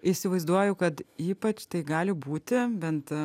įsivaizduoju kad ypač tai gali būti bent